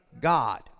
God